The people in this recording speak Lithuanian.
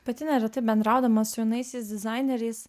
pati neretai bendraudama su jaunaisiais dizaineriais